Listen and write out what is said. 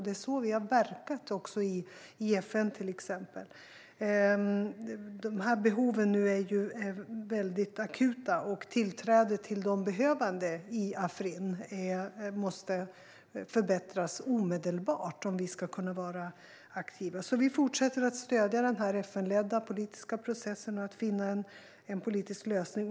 Det är så vi har verkat i FN, till exempel. Dessa behov är väldigt akuta. Tillträdet till de behövande i Afrin måste förbättras omedelbart om vi ska kunna vara aktiva. Vi fortsätter att stödja den FN-ledda politiska processen för att finna en politisk lösning.